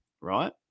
right